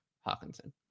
Hawkinson